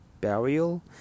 burial